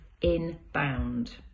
inbound